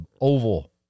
oval